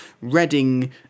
Reading